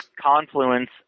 confluence